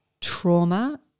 trauma